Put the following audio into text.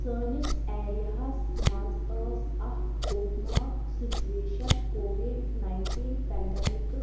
سٲنِس ایرَیا ہس منٛز ٲس اکھ خوٗفناک سُچُویشن کوٚوِڈ ناینٹیٖن پیٚنڈمِکٕس